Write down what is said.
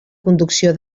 conducció